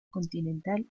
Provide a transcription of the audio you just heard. continental